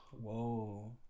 whoa